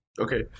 Okay